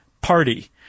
party